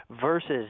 versus